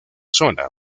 zona